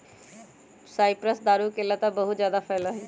cypress दारू के लता बहुत जादा फैला हई